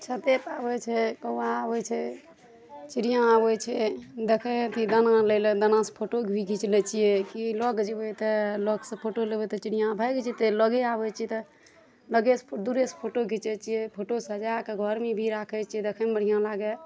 छते पर आबै छै कौआ आबै छै चिड़िऑं आबै छै देखै अथी दाना लै लए दाना सऽ फोटो भी घीच लै छियै की लऽ के जेबै तऽ लग सऽ फोटो लेबै तऽ चिड़िऑं भागि जेतै लगे आबै छै तऽ लगे सऽ दूरे सऽ फोटो घीचै छियै फोटो सजाए कऽ घरमे भी राखै छियै देखैमे बढ़िऑं लागए